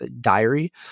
diary